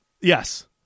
Yes